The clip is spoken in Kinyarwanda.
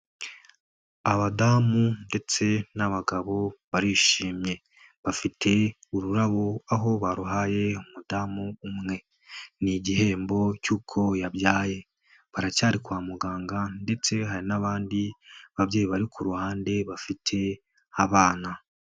Abadamu ndetse n'abagabo barishimye, bafite ururabo aho baruhaye umudamu umwe, ni igihembo cy'uko yabyaye, baracyari kwa muganga ndetse hari n'abandi babyeyi bari ku ruhande bafite abana.